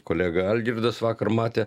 kolega algirdas vakar matė